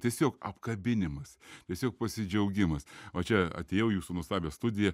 tiesiog apkabinimas tiesiog pasidžiaugimas o čia atėjau į jūsų nuostabią studiją